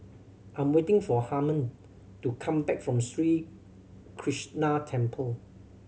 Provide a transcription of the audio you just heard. I'm waiting for Harman to come back from Sri Krishnan Temple